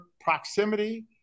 Proximity